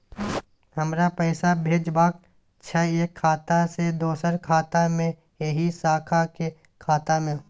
हमरा पैसा भेजबाक छै एक खाता से दोसर खाता मे एहि शाखा के खाता मे?